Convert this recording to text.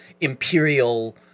imperial